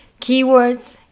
Keywords